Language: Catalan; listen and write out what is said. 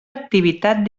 activitat